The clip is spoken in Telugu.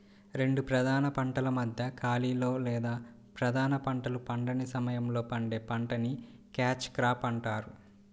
రెండు ప్రధాన పంటల మధ్య ఖాళీలో లేదా ప్రధాన పంటలు పండని సమయంలో పండే పంటని క్యాచ్ క్రాప్ అంటారు